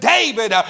David